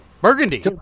burgundy